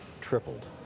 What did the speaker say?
tripled